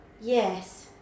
yes